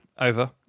Over